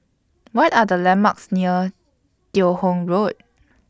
What Are The landmarks near Teo Hong Road